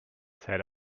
said